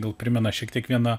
gal primena šiek tiek vieną